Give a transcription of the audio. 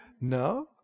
No